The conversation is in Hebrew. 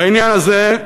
בעניין הזה,